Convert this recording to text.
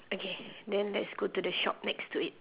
okay then let's go to the shop next to it